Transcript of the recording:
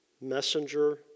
messenger